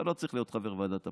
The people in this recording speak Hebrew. אתה לא צריך להיות חבר ועדת הפנים.